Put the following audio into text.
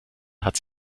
hat